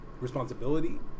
responsibility